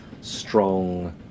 strong